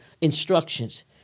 instructions